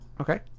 Okay